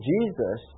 Jesus